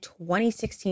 2016